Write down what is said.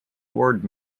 word